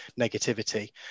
negativity